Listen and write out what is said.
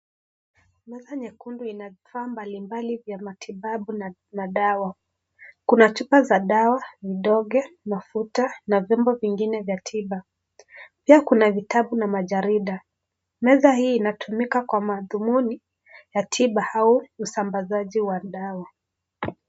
Meza nyekundu ina paa mbalimbali vya matibabu na madawa, kuna chupa za dawa vidogexmafuta na vyombo vingine vya tiba, pia kuna vitabu na majarida, meza hii inatumika Kwa madhumuni ya tiba au usambazaji wa dawa.